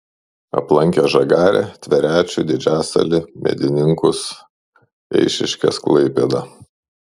aplankė žagarę tverečių didžiasalį medininkus eišiškes klaipėdą